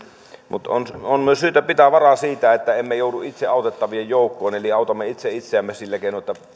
mutta on on myös syytä pitää vara siitä että emme joudu itse autettavien joukkoon eli autamme itse itseämme sillä keinoin että